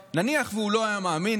נניח שהוא לא היה מאמין.